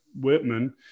Whitman